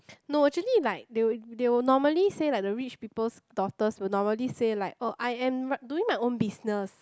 no actually like they would they would normally say like the rich people's daughters will normally say like oh I am doing my own business